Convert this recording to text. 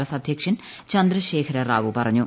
S അധ്യക്ഷൻ ചന്ദ്രശേഖര റാവു പറഞ്ഞു